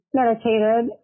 meditated